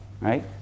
right